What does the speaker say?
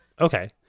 okay